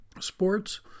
Sports